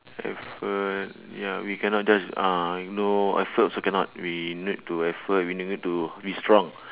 effort ya we cannot just uh no effort also cannot we need to effort we need it to be strong